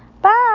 bye